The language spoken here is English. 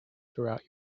throughout